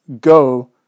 go